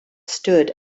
stood